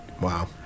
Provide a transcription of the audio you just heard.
Wow